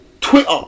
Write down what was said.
twitter